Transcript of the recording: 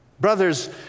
Brothers